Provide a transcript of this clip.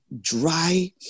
dry